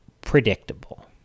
predictable